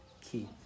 key